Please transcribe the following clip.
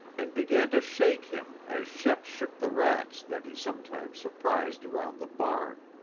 and began to shake him as shep shook the rats that he sometimes surprised around the barn.